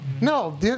No